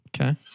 Okay